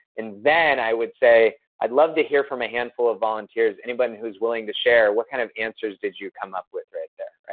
and then i would say, i'd love to hear from a handful of volunteers, anyone who is willing to share what kind of answers did you come up with right there.